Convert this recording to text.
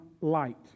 light